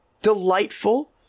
delightful